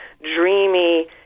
dreamy